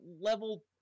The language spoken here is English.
level